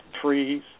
trees